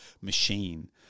machine